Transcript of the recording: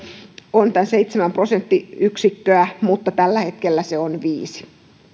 on tämän seitsemän prosenttiyksikköä mutta tällä hetkellä se on viisi